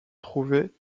trouvée